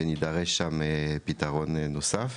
ונדרש שם פתרון נוסף.